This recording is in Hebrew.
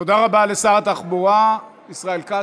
תודה רבה לשר התחבורה ישראל כץ.